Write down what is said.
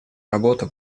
работа